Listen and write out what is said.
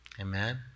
amen